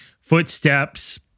footsteps